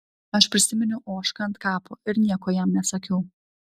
aš prisiminiau ožką ant kapo ir nieko jam nesakiau